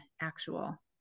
actual